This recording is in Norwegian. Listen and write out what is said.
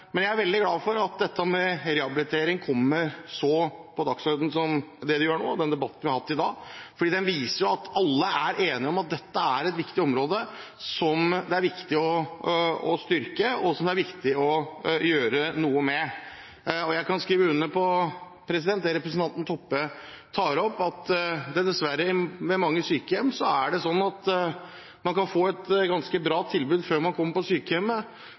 Men jeg er veldig glad for at dette med rehabilitering kommer så høyt på dagsordenen som det det gjør nå, og den debatten vi har hatt i dag, fordi den viser jo at alle er enige om at dette er et viktig område som det er viktig å styrke, og som det er viktig å gjøre noe med. Og jeg kan skrive under på det representanten Toppe tar opp, at dessverre er det sånn ved mange sykehjem at man kan få et ganske bra tilbud før man kommer på sykehjemmet,